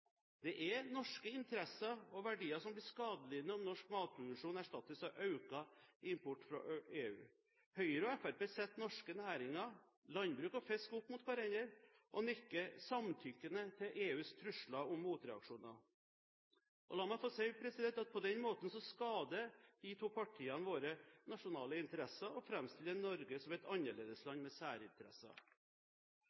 Det er norske interesser og verdier som blir skadelidende om norsk matproduksjon erstattes av økt import fra EU. Høyre og Fremskrittspartiet setter norske næringer, landbruk og fisk, opp mot hverandre, og nikker samtykkende til EUs trusler om motreaksjoner. La meg få si at på den måten skader de to partiene våre nasjonale interesser og framstiller Norge som et